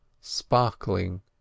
sparkling